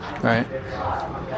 Right